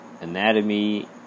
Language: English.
anatomy